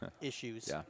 issues